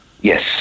Yes